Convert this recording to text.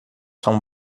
são